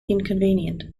inconvenient